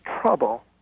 trouble